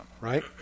right